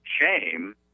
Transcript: shame